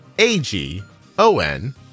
A-G-O-N